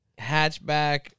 hatchback